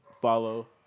follow